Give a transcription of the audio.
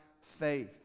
faith